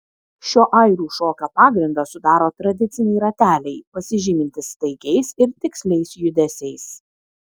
šio airių šokio pagrindą sudaro tradiciniai rateliai pasižymintys staigiais ir tiksliais judesiais